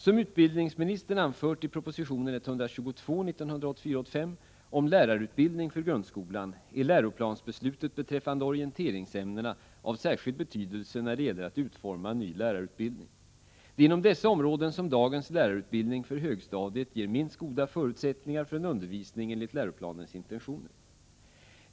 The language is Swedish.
Som utbildningsministern anfört i proposition om lärarutbildning för grundskolan är läroplansbeslutet beträffande orienteringsämnena av särskild betydelse när det gäller att utforma en ny lärarutbildning. Det är inom dessa områden som dagens lärarutbildning för högstadiet ger minst goda förutsättningar för en undervisning enligt läroplanens intentioner.